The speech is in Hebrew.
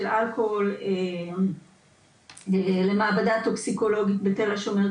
אלכוהול למעבדה טוקסיקולוגית בתל השומר,